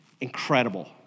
Incredible